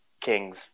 King's